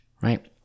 right